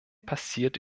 passiert